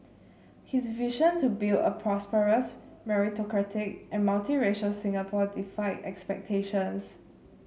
his vision to build a prosperous meritocratic and multiracial Singapore defied expectations